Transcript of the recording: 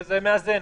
זה מאזן.